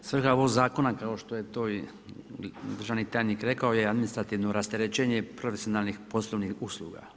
Svrha ovog zakona kao što je to i državni tajnik rekao je administrativno rasterećenje profesionalnih poslovnih usluga.